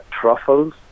truffles